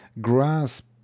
grasp